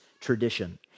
tradition